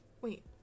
Wait